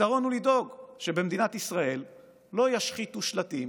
הפתרון הוא לדאוג שבמדינת ישראל לא ישחיתו שלטים